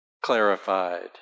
clarified